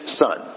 son